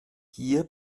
hier